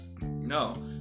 no